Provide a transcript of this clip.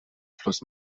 plus